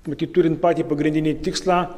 matyt turint patį pagrindinį tikslą